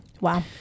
Wow